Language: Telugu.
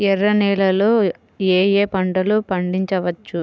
ఎర్ర నేలలలో ఏయే పంటలు పండించవచ్చు?